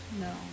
No